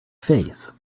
face